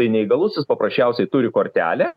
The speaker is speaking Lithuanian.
tai neįgalusis paprasčiausiai turi kortelę